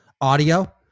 audio